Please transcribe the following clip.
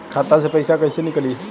खाता से पैसा कैसे नीकली?